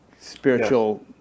spiritual